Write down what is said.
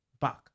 back